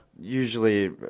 usually